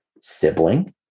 sibling